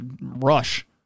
Rush